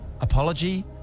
Apology